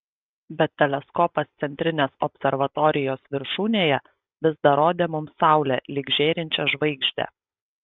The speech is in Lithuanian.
bet teleskopas centrinės observatorijos viršūnėje vis dar rodė mums saulę lyg žėrinčią žvaigždę